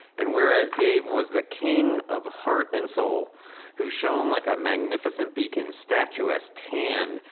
and whereas dave was the king of heart and soul who shone like a magnificent beacon, statuesque, tan,